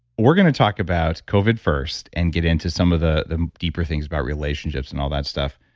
we're going to talk about covid first and get into some of the the deeper things about relationships and all that stuff.